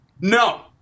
No